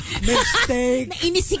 mistake